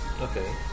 Okay